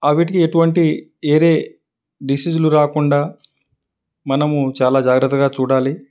వాటికి ఎటువంటి వేరే డిసీజులు రాకుండా మనము చాలా జాగ్రత్తగా చూడాలి